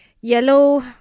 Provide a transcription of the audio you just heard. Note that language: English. Yellow